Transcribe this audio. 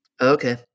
Okay